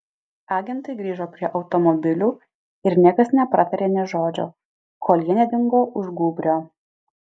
agentai grįžo prie automobilių ir niekas nepratarė nė žodžio kol jie nedingo už gūbrio